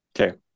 Okay